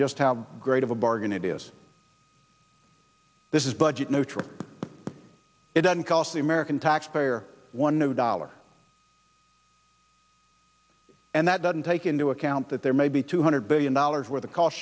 just how great of a bargain it is this is budget neutral it doesn't cost the american taxpayer one dollar and that doesn't take into account that there may be two hundred billion dollars where the cost